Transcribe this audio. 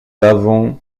avons